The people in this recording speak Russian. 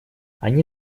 они